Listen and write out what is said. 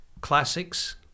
classics